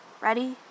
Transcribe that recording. Ready